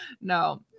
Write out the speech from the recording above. No